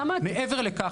מעבר לכך,